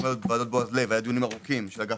בוועדת בועז לב היו דיונים ארוכים של אגף